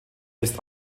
ist